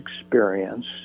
experience